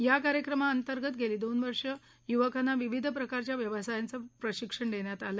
या कार्यक्रमातंगत गेली दोन वर्ष युवकांना विविध प्रकारच्या व्यवसायाचं प्रशिक्षण देण्यात आलं